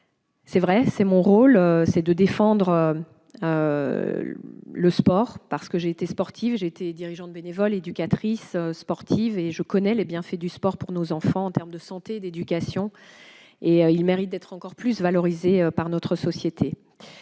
Certes, mon rôle est de défendre le sport, car j'ai été sportive, j'ai été dirigeante bénévole et éducatrice sportive. Je connais les bienfaits du sport pour nos enfants en termes de santé et d'éducation. Le sport mérite d'être encore plus valorisé par notre société.